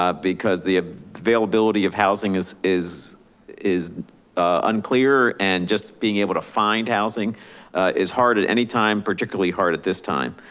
um because the availability of housing is is unclear and just being able to find housing is hard at any time particularly hard at this time.